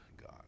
God